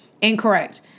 Incorrect